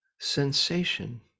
sensation